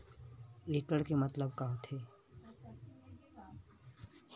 एकड़ के मतलब का होथे?